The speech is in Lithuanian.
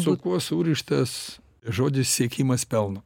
su kuo surištas žodis siekimas pelno